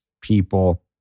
people